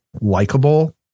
likable